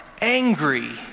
angry